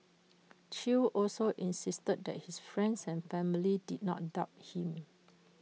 chew also insisted that his friends and family did not doubt him